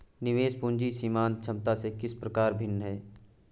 निवेश पूंजी सीमांत क्षमता से किस प्रकार भिन्न है?